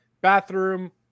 bathroom